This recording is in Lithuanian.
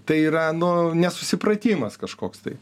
tai yra nu nesusipratimas kažkoks tai